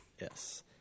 Yes